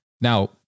Now